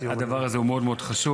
הדבר הזה הוא מאוד מאוד חשוב.